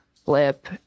flip